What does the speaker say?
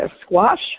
squash